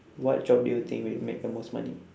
what job do you think will make the most money